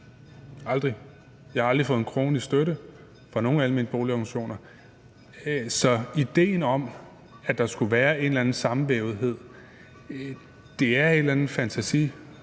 aldrig. Jeg har aldrig fået en krone i støtte fra nogen almene boligorganisationer. Så idéen om, at der skulle være en eller anden sammenvævethed, er et eller andet fantasifoster,